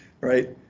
Right